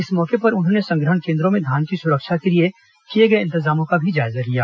इस मौके पर उन्होंने संग्रहण केन्द्रों में धान की सुरक्षा के लिए किए गए इंतजामों का भी जायजा लिया